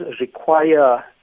require